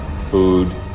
food